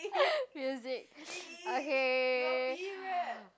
music okay